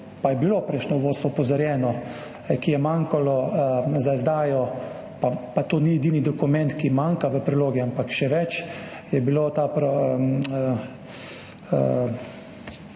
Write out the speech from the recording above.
pa je bilo prejšnje vodstvo opozorjeno – ki je manjkal za izdajo, pa to ni edini dokument, ki manjka v prilogi, ampak še več, je bila ta